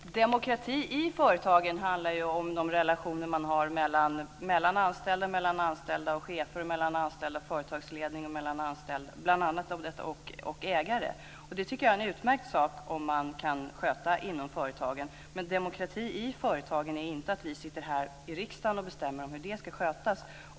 Fru talman! Demokrati i företagen handlar ju om de relationer man har mellan anställda, mellan anställda och chefer och mellan anställda i företagsledning och ägare. Jag tycker att det är en utmärkt sak om man kan sköta det inom företagen. Men demokrati i företagen är inte att vi i riksdagen bestämmer hur det ska skötas.